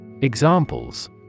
Examples